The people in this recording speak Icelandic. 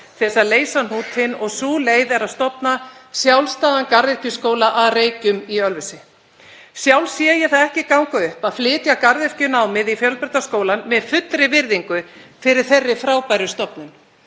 til að leysa hnútinn og sú leið er að stofna sjálfstæðan garðyrkjuskóla að Reykjum í Ölfusi. Sjálf sé ég það ekki ganga upp að flytja garðyrkjunámið í Fjölbrautaskóla Suðurlands, með fullri virðingu fyrir þeirri frábæru stofnun.